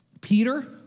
Peter